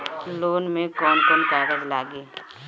Loan में कौन कौन कागज लागी?